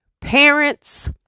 parents